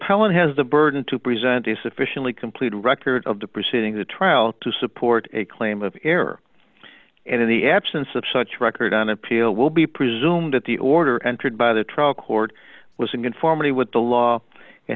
appellant has the burden to present a sufficiently complete record of the proceedings a trial to support a claim of error and in the absence of such record on appeal will be presumed that the order entered by the trial court was in conformity with the law and